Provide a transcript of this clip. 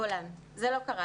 גולן: "זה לא קרה.